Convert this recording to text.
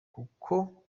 kuko